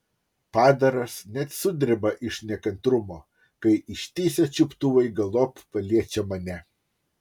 padaras net sudreba iš nekantrumo kai ištįsę čiuptuvai galop paliečia mane